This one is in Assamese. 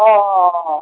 অঁ অঁ অঁ অঁ